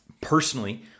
Personally